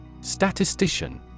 Statistician